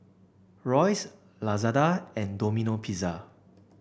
Royce Lazada and Domino Pizza